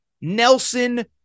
Nelson